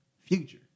future